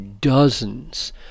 dozens